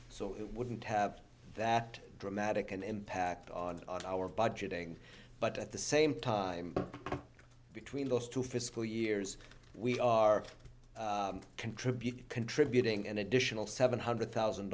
so it wouldn't have that dramatic an impact on our budgeting but at the same time between those two fiscal years we are contributing contributing an additional seven hundred thousand